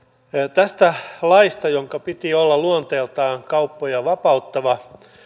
tästä laista jonka piti olla luonteeltaan kauppoja vapauttava